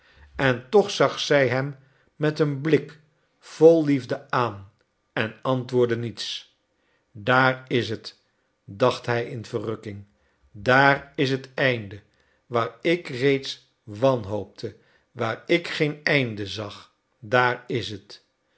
en toch zag zij hem met een blik vol liefde aan en antwoordde niets daar is het dacht hij in verrukking daar is het einde waar ik reeds wanhoopte waar ik geen einde zag daar is het